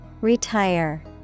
retire